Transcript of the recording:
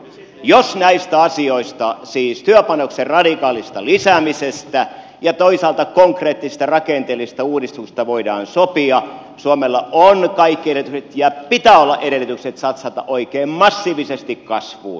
jos näistä asioista siis työpanoksen radikaalista lisäämisestä ja toisaalta konkreettisista rakenteellisista uudistuksista voidaan sopia suomella on kaikki edellytykset ja pitää olla edellytykset satsata oikein massiivisesti kasvuun